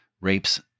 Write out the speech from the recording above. Rapes